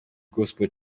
gospel